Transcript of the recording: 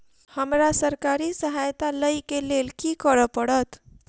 हमरा सरकारी सहायता लई केँ लेल की करऽ पड़त?